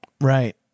Right